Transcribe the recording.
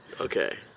Okay